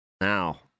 Now